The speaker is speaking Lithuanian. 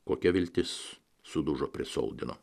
kokia viltis sudužo prie soldino